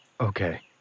Okay